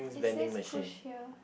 it says push here